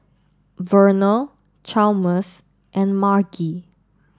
Verner Chalmers and Margy